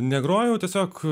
negrojau tiesiog